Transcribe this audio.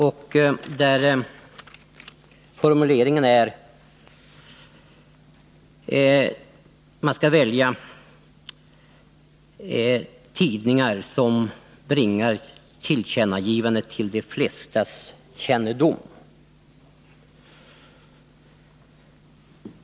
Det heter att man bör välja tidningar med vilkas hjälp tillkännagivandet bringas till de flestas kännedom.